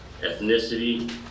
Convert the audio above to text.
ethnicity